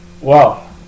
Wow